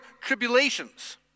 tribulations